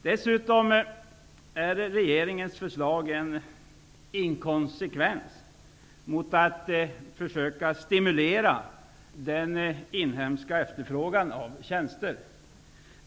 Dessutom är regeringens förslag inkonsekvent när det gäller att försöka att stimulera den inhemska efterfrågan på tjänster.